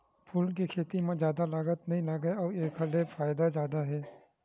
फूल के खेती म जादा लागत नइ लागय अउ एखर ले फायदा जादा हे